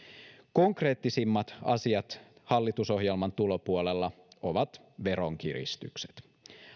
konkreettisimmat asiat hallitusohjelman tulopuolella ovat veronkiristykset